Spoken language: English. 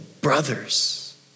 brothers